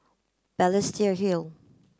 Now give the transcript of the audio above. Balestier Hill